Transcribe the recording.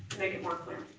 make it more clear.